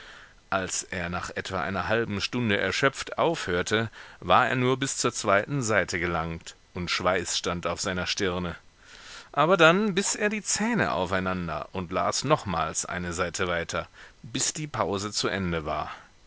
als er nach etwa einer halben stunde erschöpft aufhörte war er nur bis zur zweiten seite gelangt und schweiß stand auf seiner stirne aber dann biß er die zähne aufeinander und las nochmals eine seite weiter bis die pause zu ende war